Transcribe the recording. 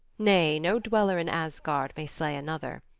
nay, no dweller in asgard may slay another.